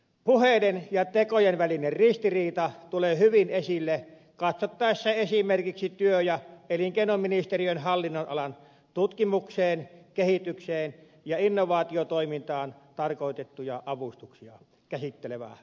puheiden ja tekojen välinen ristiriita tulee hyvin esille katsottaessa esimerkiksi työ ja elinkeinoministeriön hallinnonalan tutkimukseen kehitykseen ja innovaatiotoimintaan tarkoitettuja avustuksia käsittelevää momenttia